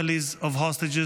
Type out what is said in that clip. families of hostages,